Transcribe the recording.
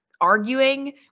arguing